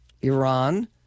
Iran